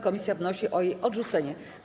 Komisja wnosi o jej odrzucenie.